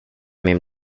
min